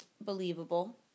Believable